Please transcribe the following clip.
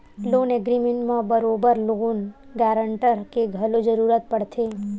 loan agreement म बरोबर loan guarantor के घलो जरुरत पड़थे